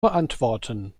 beantworten